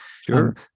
Sure